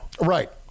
Right